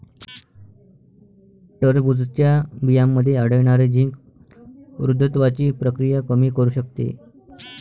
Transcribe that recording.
टरबूजच्या बियांमध्ये आढळणारे झिंक वृद्धत्वाची प्रक्रिया कमी करू शकते